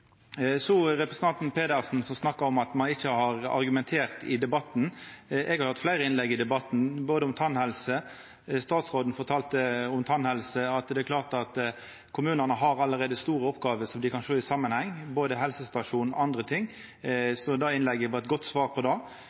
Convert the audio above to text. representanten Pedersen, som snakkar om at me ikkje har argumentert i debatten. Eg har hatt fleire innlegg i debatten, bl.a. om tannhelse – statsråden fortalde om tannhelse – og det er klart at kommunane allereie har store oppgåver som dei kan sjå i samanheng, både helsestasjonar og andre ting, så det innlegget var eit godt svar på det.